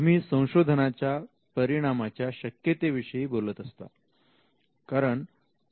तुम्ही संशोधनाच्या परिणामाच्या शक्यते विषयी बोलत असता